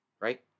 right